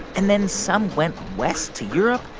and then some went west to europe,